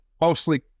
mostly